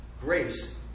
Grace